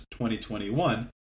2021